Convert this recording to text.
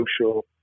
social